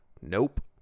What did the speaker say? Nope